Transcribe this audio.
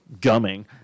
gumming